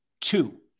two